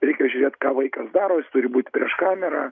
reikia žiūrėt ką vaikas daro jis turi būt prieš kamerą